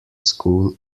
school